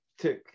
Took